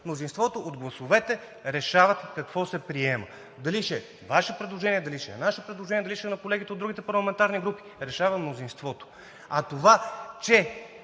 Мнозинството от гласовете решава какво се приема: дали ще е Ваше предложение, дали ще е наше предложение, дали ще е на колегите от другите парламентарни групи – решава мнозинството. А това, че